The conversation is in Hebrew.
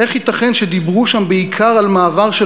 איך ייתכן שדיברו שם בעיקר על מעבר של